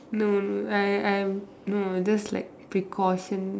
no no I I no just like precaution